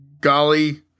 golly